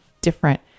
different